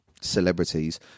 celebrities